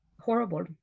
horrible